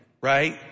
right